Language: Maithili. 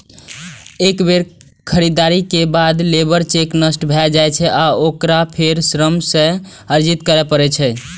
एक बेर खरीदारी के बाद लेबर चेक नष्ट भए जाइ छै आ ओकरा फेरो श्रम सँ अर्जित करै पड़ै छै